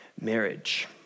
marriage